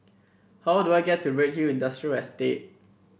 how do I get to Redhill Industrial Estate